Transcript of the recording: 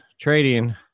trading